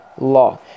law